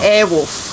Airwolf